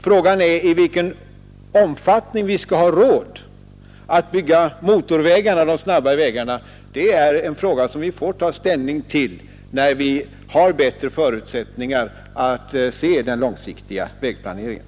Frågan i vilken omfattning vi skall ha råd att bygga motorvägar och andra snabba vägar får vi ta ställning till när vi har bättre förutsättningar att se den långsiktiga vägplaneringen.